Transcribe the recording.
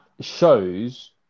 shows